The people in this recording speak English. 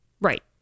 Right